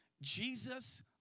Jesus